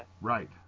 right